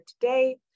today